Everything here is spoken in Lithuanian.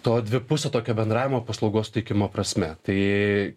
to dvipusio tokio bendravimo paslaugos teikimo prasme tai